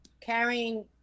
Carrying